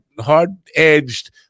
hard-edged